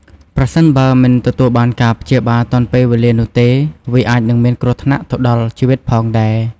ប្រសិនបើមិនទទួលបានការព្យាបាលទាន់ពេលវេលានោះទេ វាអាចនឹងមានគ្រោះថ្នាក់ទៅដល់ជីវិតផងដែរ។